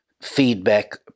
feedback